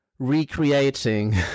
recreating